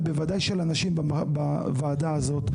ובוודאי של הנשים בוועדה הזאת.